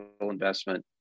investment